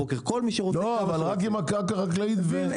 רק אם הקרקע חקלאית.